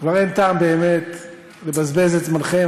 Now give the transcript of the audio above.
כבר אין טעם לבזבז את זמנכם.